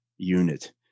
Unit